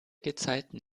gezeiten